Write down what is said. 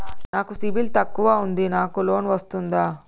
నాకు సిబిల్ తక్కువ ఉంది నాకు లోన్ వస్తుందా?